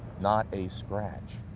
not a scratch.